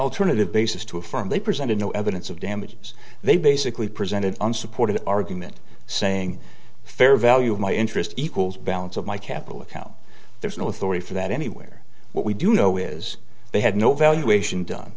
alternative basis to affirm they presented no evidence of damages they basically presented unsupported argument saying fair value of my interest equals balance of my capital account there's no authority for that anywhere what we do know is they had no valuation done